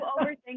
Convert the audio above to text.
overthink